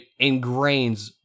ingrains